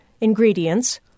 ingredients